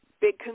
big